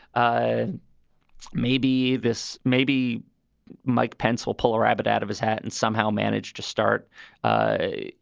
ah maybe this maybe mike pence will pull a rabbit out of his hat and somehow manage to start ah a,